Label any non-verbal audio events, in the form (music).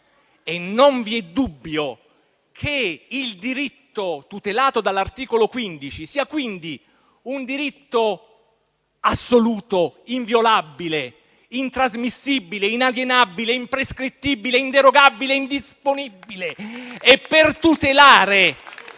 Non vi è dubbio che il diritto tutelato dall'articolo 15 della Costituzione sia quindi un diritto assoluto, inviolabile, intrasmissibile, inalienabile, imprescrittibile, inderogabile, indisponibile. (applause)